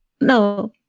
No